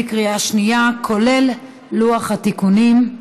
בקריאה שנייה, כולל לוח התיקונים.